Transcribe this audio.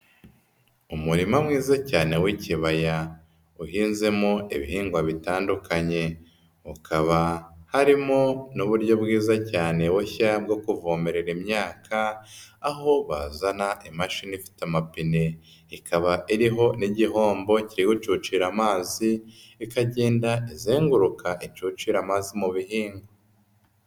Umurima mwiza cyane w'ikibaya uhinzemo ibihingwa bitandukanye. Ukaba harimo n'uburyo bwiza cyane bushya bwo kuvomerera imyaka, aho bazana imashini ifite amapine, ikaba iriho n'igihombo kiri gucucira amazi, ikagenda izenguruka icucira amazi mu bihingwa.